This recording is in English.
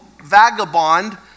vagabond